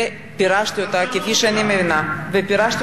ופירשתי אותה כפי שאני מבינה, פרשנות שלך.